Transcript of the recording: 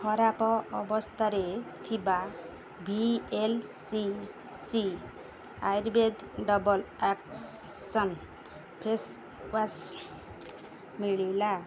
ଖରାପ ଅବସ୍ଥାରେ ଥିବା V L C C Ayurveda double action face wash ମିଳିଲା